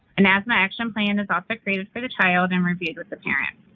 an asthma action plan is also created for the child and reviewed with the parent.